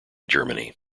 germany